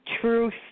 Truth